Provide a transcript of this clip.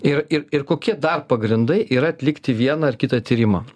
ir ir ir kokie dar pagrindai yra atlikti vieną ar kitą tyrimą